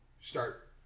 Start